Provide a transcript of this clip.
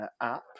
app